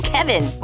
Kevin